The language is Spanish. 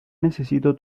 necesito